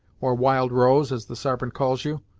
or wild rose, as the sarpent calls you,